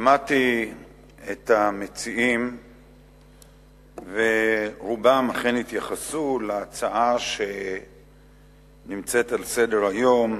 שמעתי את המציעים ורובם אכן התייחסו לנושא שנמצא על סדר-היום,